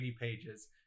pages